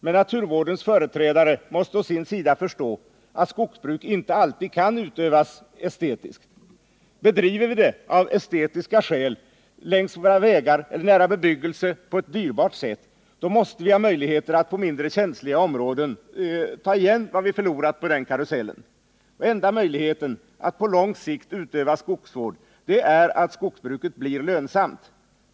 Men naturvårdens företrädare måste förstå att skogsbruk inte alltid kan utövas estetiskt. Bedriver vi det av estetiska skäl på ett dyrbart sätt längs våra vägar eller nära bebyggelse, måste vi ha möjligheter att på mindre känsliga områden ta igen vad vi förlorat på den karusellen. Enda möjligheten att på lång sikt utöva skogsvård är att skogsbruket blir lönsamt.